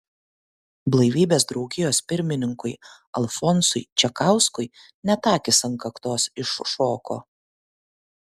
blaivybės draugijos pirmininkui alfonsui čekauskui net akys ant kaktos iššoko